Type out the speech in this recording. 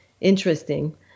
interesting